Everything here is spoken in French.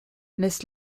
laisse